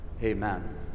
Amen